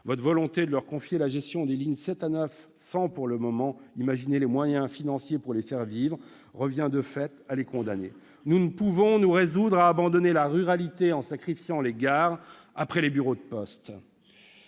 Votre volonté de leur confier la gestion des lignes de catégorie 7 à 9 sans imaginer, pour le moment, les moyens financiers pour les faire vivre revient de fait à les condamner. Nous ne pouvons pas nous résoudre à abandonner la ruralité en sacrifiant les gares après les bureaux de poste